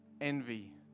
envy